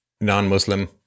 non-Muslim